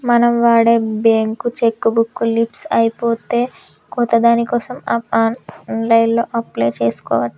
మనం వాడే bank cheque book leafs అయిపోతే కొత్త దానికోసం ఆన్లైన్లో అప్లై చేసుకోవచ్చు